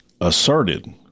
asserted